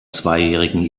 zweijährigen